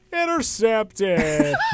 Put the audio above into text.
Intercepted